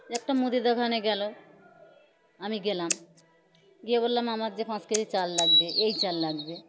একটা মুদি দোকানে গেলাম আমি গেলাম গিয়ে বললাম আমার যে পাঁচ কেজি চাল লাগবে এই চাল লাগবে